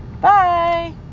Bye